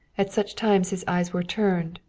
at such times his eyes were turned,